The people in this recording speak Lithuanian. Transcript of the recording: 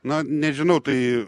na nežinau tai